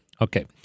okay